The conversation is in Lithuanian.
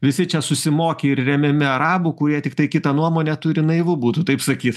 visi čia susimoki ir remiami arabų kurie tiktai kitą nuomonę turi naivu būtų taip sakyt